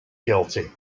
guilty